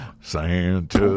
Santa